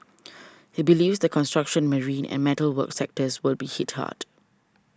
he believes the construction marine and metal work sectors will be hit hard